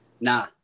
Nah